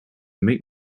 make